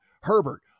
Herbert